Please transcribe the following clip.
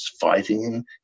fighting